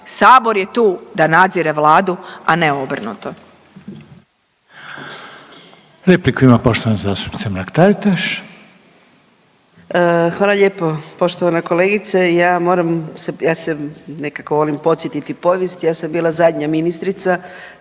Sabor je tu da nadzire Vladu, a ne obrnuto.